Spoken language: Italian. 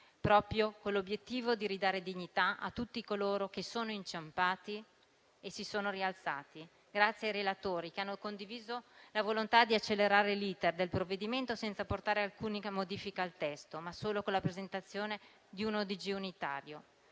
proprio con l'obiettivo di ridare dignità a tutti coloro che sono inciampati e si sono rialzati. Grazie ai relatori, che hanno condiviso la volontà di accelerare l'*iter* del provvedimento, senza apportare alcuna modifica al testo, ma solo con la presentazione di un ordine